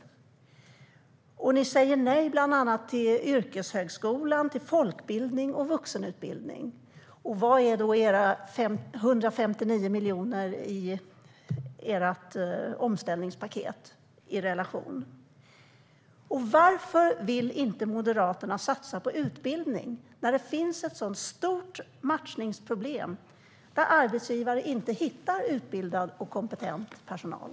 Ni säger nej bland annat till yrkeshögskolan, till folkbildning och till vuxenutbildning. Vad är då de 159 miljonerna i ert omställningspaket i relation till detta? Varför vill Moderaterna inte satsa på utbildning när det finns ett så stort matchningsproblem och när arbetsgivare inte hittar utbildad och kompetent personal?